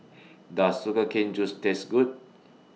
Does Sugar Cane Juice Taste Good